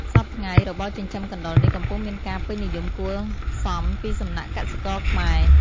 សព្វថ្ងៃរបរចិញ្ចឹមកណ្តុរនេះកំពុងមានការពេញនិយមគួរសមពីសំណាក់កសិករខ្មែរ។